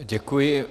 Děkuji.